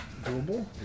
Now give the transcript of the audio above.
doable